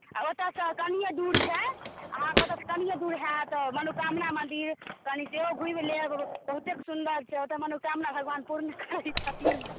आ ओतयसँ कनिए दूर छै अहाँकेँ ओतयसँ कनिए दूर हैत मनोकामना मन्दिर कनि सेहो घूमि लेब बहुतेक सुन्दर छै ओतय मनोकामना भगवान पूर्ण करै छथिन